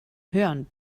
hören